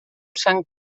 sant